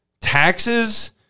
taxes